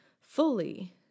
fully